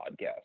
podcast